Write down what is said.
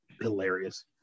hilarious